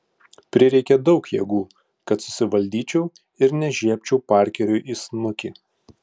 prireikė daug jėgų kad susivaldyčiau ir nežiebčiau parkeriui į snukį